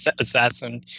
assassin